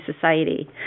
Society